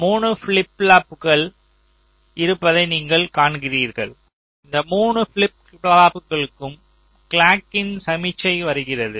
3 flip ஃப்ளாப்புகள் இருப்பதை நீங்கள் காண்கிறீர்கள் இந்த 3 ஃபிளிப் ஃப்ளாப்புஸ்களுக்கும் கிளாக்கின் சமிக்ஞை வருகிறது